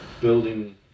building